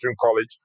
college